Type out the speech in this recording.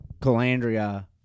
Calandria